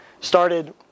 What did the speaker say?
started